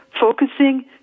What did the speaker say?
focusing